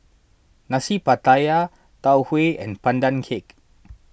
Nasi Pattaya Tau Huay and Pandan Cake